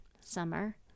summer